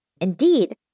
Indeed